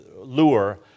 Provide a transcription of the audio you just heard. lure